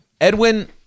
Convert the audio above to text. Edwin